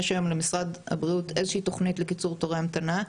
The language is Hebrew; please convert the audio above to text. יש היום למשרד הבריאות איזושהי תוכנית לקיצור תורי המתנה.